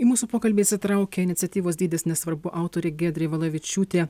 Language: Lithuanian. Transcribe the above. į mūsų pokalbį įsitraukė iniciatyvos dydis nesvarbu autorė giedrė valavičiūtė